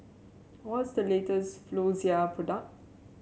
what's the latest Floxia product